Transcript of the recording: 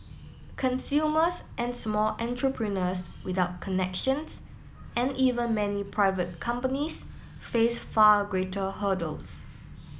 consumers and small entrepreneurs without connections and even many private companies face far greater hurdles